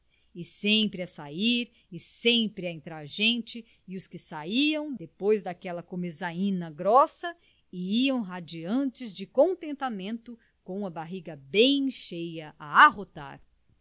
e sempre a sair e sempre a entrar gente e os que saiam depois daquela comezaina grossa iam radiantes de contentamento com a barriga bem cheia a arrotar